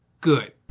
Good